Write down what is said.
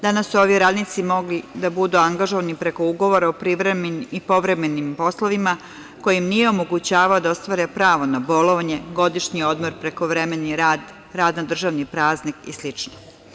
Danas su ovi radnici mogli da budu angažovani preko ugovora o privremenim i povremenim poslovima koji im nije omogućavao da ostvare pravo na bolovanje, godišnji odmor, prekovremeni rad, rad na državni praznik i slično.